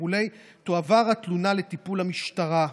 תועבר התלונה לטיפול המשטרה.